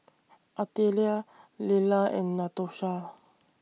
Artelia Lella and Natosha